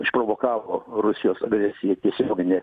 išprovokavo rusijos agresiją tiesioginę